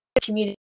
community